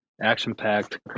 action-packed